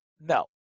no